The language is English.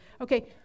Okay